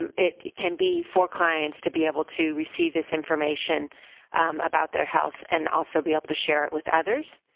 and it it can be for clients to be able to receive this information about their health and also be able to share it with others.